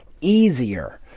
easier